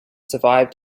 survived